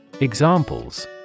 Examples